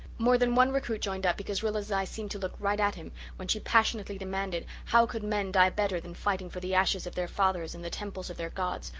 more than one recruit joined up because rilla's eyes seemed to look right at him when she passionately demanded how could men die better than fighting for the ashes of their fathers and the temples of their gods,